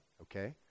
okay